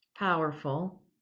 Powerful